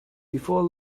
before